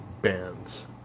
bands